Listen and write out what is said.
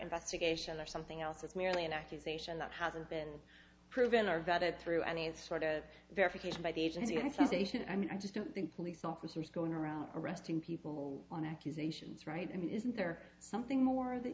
investigation or something else is merely an accusation that hasn't been proven or that it through any sort of verification by the agency and station i mean i just don't think police officers going around arresting people on accusations right i mean isn't there something more that